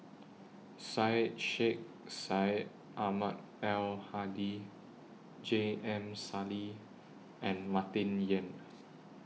Syed Sheikh Syed Ahmad Al Hadi J M Sali and Martin Yan